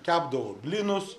kepdavo blynus